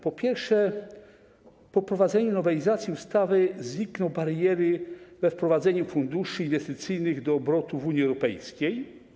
Po pierwsze, po wprowadzeniu nowelizacji ustawy znikną bariery we wprowadzeniu funduszy inwestycyjnych do obrotu w Unii Europejskiej.